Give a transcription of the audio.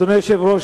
אדוני היושב-ראש,